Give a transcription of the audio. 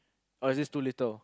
or is this too little